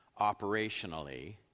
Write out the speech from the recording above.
operationally